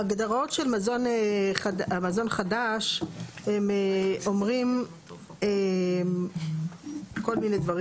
ההגדרות של מזון חדש הן אומרות כל מיני דברים